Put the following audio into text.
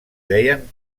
deien